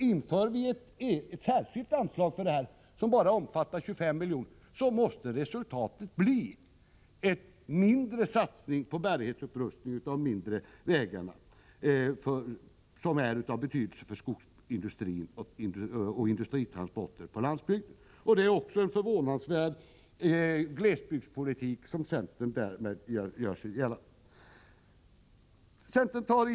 Inför vi ett särskilt anslag på bara 25 milj.kr., måste resultatet bli en mindre satsning på bärighetsupprustning av mindre vägar och broar av betydelse för skogsoch industritransporter på landsbygden. Det är en förvånansvärd glesbygdspolitik som centern därmed vill föra.